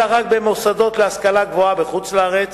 אלא רק במוסדות להשכלה גבוהה בחוץ-לארץ.